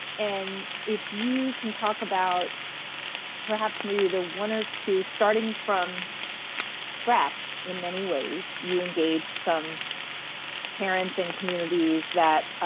and if you can talk about perhaps maybe the one or two starting from scratch in many ways you engaged some parents and communities that